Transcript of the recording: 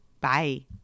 Bye